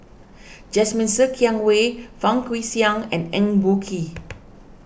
Jasmine Ser Xiang Wei Fang Guixiang and Eng Boh Kee